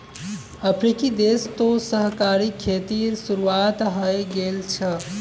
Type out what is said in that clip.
अफ्रीकी देश तो सहकारी खेतीर शुरुआत हइ गेल छ